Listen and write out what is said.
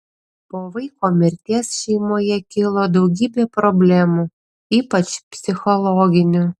po vaiko mirties šeimoje kilo daugybė problemų ypač psichologinių